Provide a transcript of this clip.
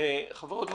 חברות וחברים,